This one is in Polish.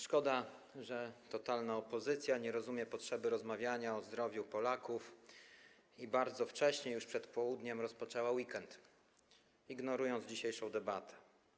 Szkoda, że totalna opozycja nie rozumie potrzeby rozmawiania o zdrowiu Polaków i bardzo wcześnie, już przed południem, rozpoczęła weekend, ignorując dzisiejszą debatę.